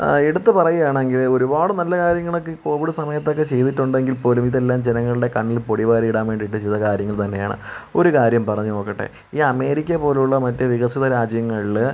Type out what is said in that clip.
എടുത്തു പറയാണെങ്കിൽ ഒരുപാടു നല്ല കാര്യങ്ങൾ ഒക്കെ കോവിഡ് സമയത്തൊക്കെ ചെയ്തിട്ടുണ്ടെങ്കിൽ പോലും ഇതെല്ലാം ജനങ്ങളുടെ കണ്ണിൽ പൊടി പാറി ഇടാൻ വേണ്ടിയിട്ടു ചെയ്ത കാര്യങ്ങൾ തന്നെയാണ് ഒരു കാര്യം പറഞ്ഞു നോക്കട്ടെ ഈ അമേരിക്ക പോലുള്ള മറ്റു വികസിത രാജ്യങ്ങളിൽ